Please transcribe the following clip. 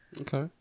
Okay